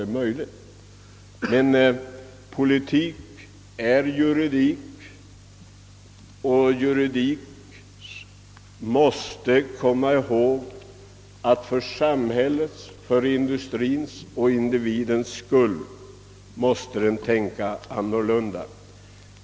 Politik är juridik och juridiken måste inse att det för samhällets, för industriens och för individens skull är nödvändigt att tänka annorlunda.